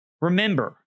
Remember